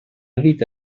dita